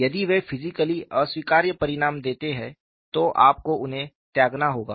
यदि वे फिजिकली अस्वीकार्य परिणाम देते हैं तो आपको उन्हें त्यागना होगा